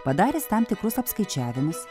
padaręs tam tikrus apskaičiavimus